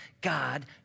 God